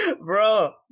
Bro